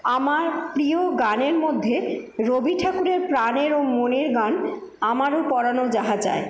আমার প্রিয় গানের মধ্যে রবি ঠাকুরের প্রাণের ও মনের গান আমারো পরানও যাহা চায়